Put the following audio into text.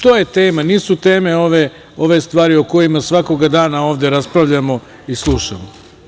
To je tema, nisu teme ove stvari o kojima svakoga dana ovde raspravljamo i slušamo.